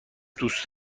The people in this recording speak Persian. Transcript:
دوست